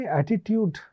attitude